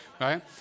right